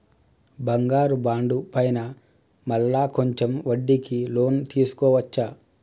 బంగారు బాండు పైన మళ్ళా కొంచెం వడ్డీకి లోన్ తీసుకోవచ్చా?